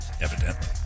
Evidently